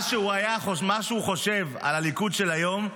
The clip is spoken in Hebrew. מה שהוא חושב על הליכוד של היום,